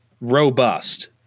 robust